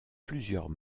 plusieurs